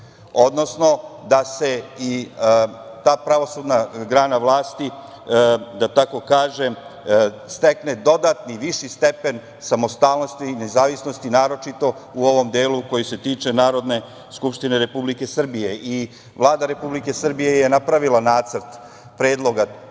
odnosno da i ta pravosudna grana vlasti stekne dodatni, viši stepen samostalnosti, nezavisnosti, naročito u ovom delu koji se tiče Narodne skupštine Republike Srbije. Vlada Republike Srbije je napravila nacrt predloga